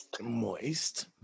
moist